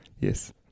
Yes